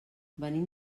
venim